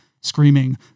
screaming